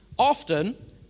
Often